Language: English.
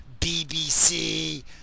BBC